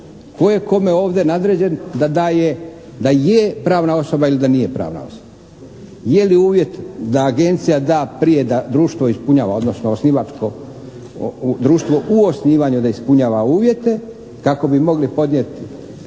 tko je kome ovdje nadređen da daje, da je pravna osoba ili da nije pravna osoba. Je li uvjet da agencija da prije da društvo ispunjava, odnosno osnivačko društvo u osnivanju da ispunjava uvjete kako bi mogli podnijeti